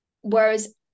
Whereas